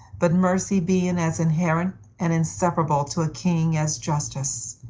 but mercy being as inherent and inseparable to a king as justice,